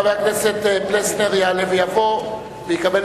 חבר הכנסת יוחנן פלסנר יעלה ויבוא ויקבל